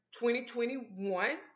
2021